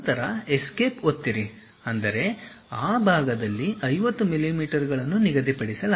ನಂತರ ಎಸ್ಕೇಪ್ ಒತ್ತಿರಿ ಅಂದರೆ ಆ ಭಾಗದಲ್ಲಿ 50 ಮಿಲಿಮೀಟರ್ಗಳನ್ನು ನಿಗದಿಪಡಿಸಲಾಗಿದೆ